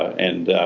and